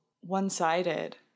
one-sided